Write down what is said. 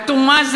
אטומה,